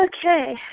Okay